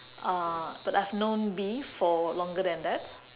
uh but I've known B for longer than that